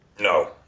No